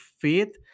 faith